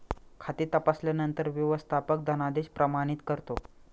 खाते तपासल्यानंतर व्यवस्थापक धनादेश प्रमाणित करतो